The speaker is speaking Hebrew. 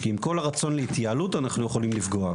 כי עם כל הרצון להתייעלות אנחנו יכולים לפגוע,